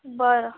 बरं